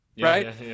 Right